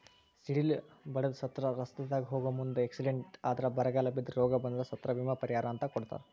ಸಿಡಿಲ ಬಡದ ಸತ್ರ ರಸ್ತಾದಾಗ ಹೋಗು ಮುಂದ ಎಕ್ಸಿಡೆಂಟ್ ಆದ್ರ ಬರಗಾಲ ಬಿದ್ರ ರೋಗ ಬಂದ್ರ ಸತ್ರ ವಿಮಾ ಪರಿಹಾರ ಅಂತ ಕೊಡತಾರ